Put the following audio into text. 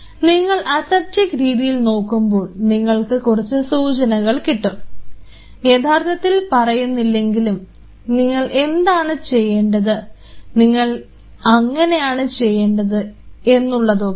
നിങ്ങൾ അസെപ്റ്റിക് രീതികൾ നോക്കുമ്പോൾ നിങ്ങൾക്ക് കുറച്ച് സൂചനകൾ കിട്ടും യഥാർത്ഥത്തിൽ പറയുന്നില്ലെങ്കിലും നിങ്ങൾ എന്താണ് ചെയ്യേണ്ടത് നിങ്ങൾ അങ്ങനെയാണ് ചെയ്യേണ്ടത് എന്നുള്ളതൊക്കെ